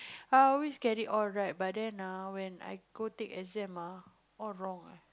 I always get it all right but then ah when I go take exam ah all wrong ah